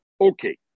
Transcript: Okay